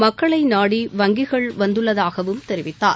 மக்களை நாடி வங்கிகள் வந்துள்ளதாகவும் தெரிவித்தார்